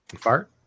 fart